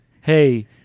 Hey